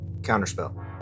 Counterspell